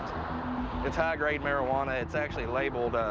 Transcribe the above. it's high grade marijuana. it's actually labeled,